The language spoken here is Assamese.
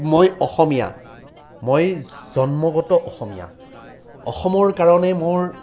মই অসমীয়া মই জন্মগত অসমীয়া অসমৰ কাৰণে মোৰ